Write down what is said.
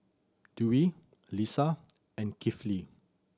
Dwi Lisa and Kifli